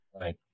Right